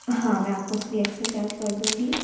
हाँ मैं आप को उसके लिए एक्स्रा चार्ज कर दूँगी